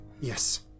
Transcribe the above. yes